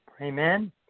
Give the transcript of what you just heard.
Amen